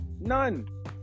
None